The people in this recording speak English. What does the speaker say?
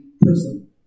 person